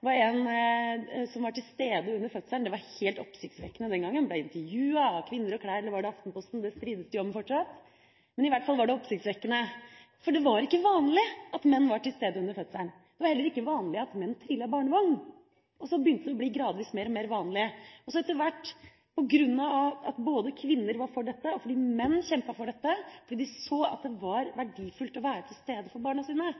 var en som var til stede under fødselen. Det var helt oppsiktsvekkende den gangen. Han ble intervjuet av Kvinner og Klær, eller var det Aftenposten – det strides de om fortsatt, men i hvert fall var det oppsiktsvekkende, for det var ikke vanlig at menn var til stede under fødselen. Det var heller ikke vanlig at menn trillet barnevogn. Så begynte det å bli gradvis mer vanlig. Etter hvert, på grunn av at kvinner var for det, og fordi menn kjempet for det, fordi de så at det var verdifullt å være til stede for barna sine,